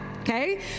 okay